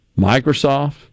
Microsoft